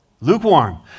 Lukewarm